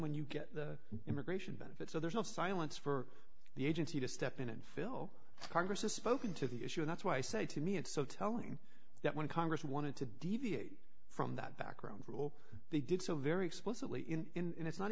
when you get the immigration benefit so there's not silence for the agency to step in and fill congress has spoken to the issue and that's why i say to me it's so telling that when congress wanted to deviate from that background rule they did so very explicitly in in it's not